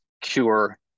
cure